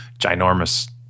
ginormous